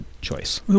choice